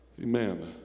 Amen